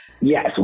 Yes